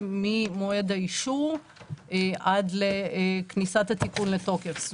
ממועד האישור ועד לכניסת התיקון לתוקף.